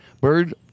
Bird